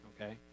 okay